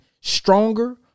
stronger